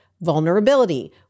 vulnerability